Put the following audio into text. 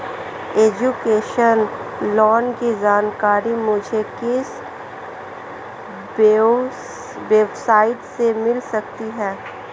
Education loan की जानकारी मुझे किस वेबसाइट से मिल सकती है?